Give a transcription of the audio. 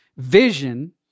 Vision